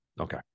Okay